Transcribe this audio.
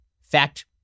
fact